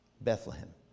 Bethlehem